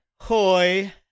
hoy